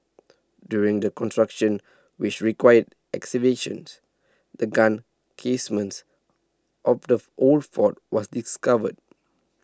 during the construction which required excavations the gun casements of the old fort was discovered